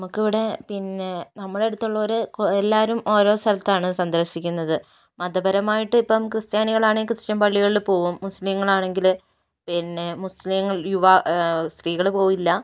നമുക്കിവിടെ പിന്നെ നമ്മുടെ അടുത്തുള്ളവർ എല്ലാവരും ഓരോ സ്ഥലത്താണ് സന്ദർശിക്കുന്നത് മതപരമായിട്ട് ഇപ്പം ക്രിസ്ത്യാനികൾ ആണെങ്കിൽ ക്രിസ്ത്യൻ പള്ളികളിൽ പോവും മുസ്ലിംകൾ ആണെങ്കിൽ പിന്നെ മുസ്ലിംകൾ യുവ സ്ത്രീകൾ പോകില്ല